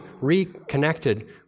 reconnected